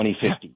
2050